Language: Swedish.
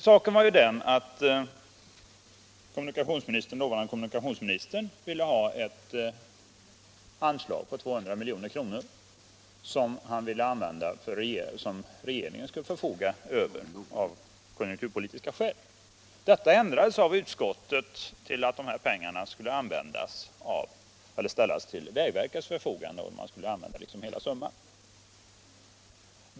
Saken var ju den, att den dåvarande kommunikationsministern ville ha ett anslag på 200 milj.kr. som regeringen skulle få förfoga över för insatser som var motiverade av konjunkturpolitiska skäl. Trafikutskottet uttalade sig emellertid för att pengarna skulle ställas till vägverkets förfogande och att vägverket skulle disponera över hela summan.